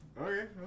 Okay